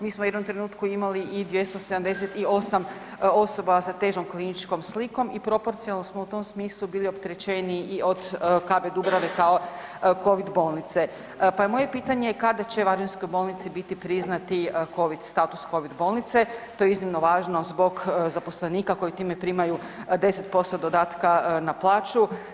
Mi smo u jednom trenutku imali i 278 osoba sa težom kliničkom slikom i proporcionalno smo u tom smislu bili opterećeniji i od KB Dubrave kao Covid bolnice pa je moje pitanje kada će varaždinskoj bolnici biti priznat Covid status, Covid bolnice, to je iznimno važno zbog zaposlenika koji time primaju 10% dodatka na plaću.